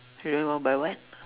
you gonna buy what